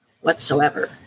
whatsoever